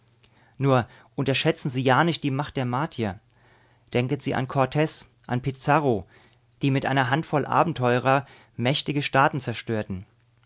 nur unterschätzen sie ja nicht die macht der martier denken sie an cortez an pizarro die mit einer handvoll abenteurer mächtige staaten zerstörten